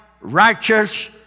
righteous